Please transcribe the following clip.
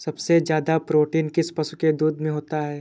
सबसे ज्यादा प्रोटीन किस पशु के दूध में होता है?